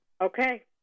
Okay